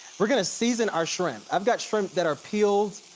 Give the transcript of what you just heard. we're gonna season our shrimp. i've got shrimp that are peeled,